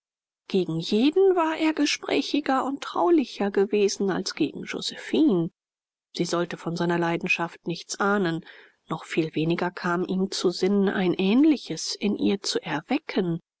gegen jeden war er gesprächiger und traulicher gewesen als gegen josephine sie sollte von seiner leidenschaft nichts ahnen noch viel weniger kam ihm zu sinn eine ähnliche in ihr zu erwecken